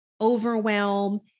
overwhelm